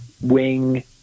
wing